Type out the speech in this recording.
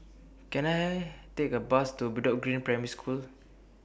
Can I Take A Bus to Bedok Green Primary School